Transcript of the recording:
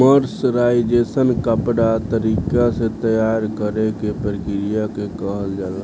mercerisation कपड़ा तरीका से तैयार करेके प्रक्रिया के कहल जाला